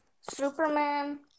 Superman